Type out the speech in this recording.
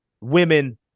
women